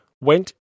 went